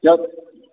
yeah